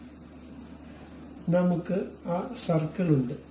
അതിനായി നമുക്ക് ആ സർക്കിൾ ഉണ്ട്